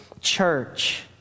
church